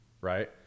right